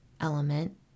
element